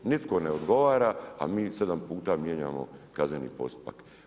Nitko ne odgovara, a mi sedam puta mijenjamo kazneni postupak.